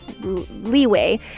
leeway